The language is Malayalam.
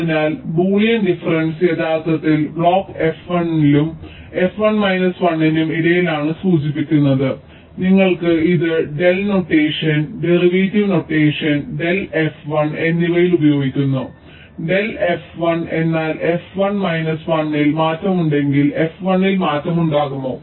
അതിനാൽ ബൂളിയൻ ഡിഫറെൻസ് യഥാർത്ഥത്തിൽ ബ്ലോക്ക് fi യ്ക്കും fi മൈനസ് 1 നും ഇടയിലാണ് സൂചിപ്പിക്കുന്നത് നിങ്ങൾ ഇത് del notation derivative notation del fi എന്നിവയിൽ ഉപയോഗിക്കുന്നു ഡെൽ fi എന്നാൽ fi മൈനസ് 1 ൽ മാറ്റമുണ്ടെങ്കിൽ fi യിൽ മാറ്റം ഉണ്ടാകുമോ